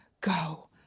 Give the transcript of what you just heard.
go